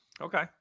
Okay